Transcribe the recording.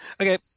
Okay